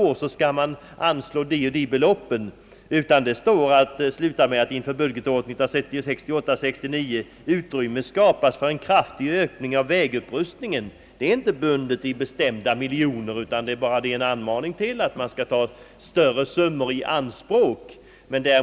Det står inte att man skall anslå det eller det beloppet, utan det står att det är nödvändigt att inför budgetåret 1968/69 utrymme skapas för en kraftig ökning i vägupprustningen. Det talas inte om ett bestämt antal miljoner, utan det är en uppmaning att ta större summor i anspråk.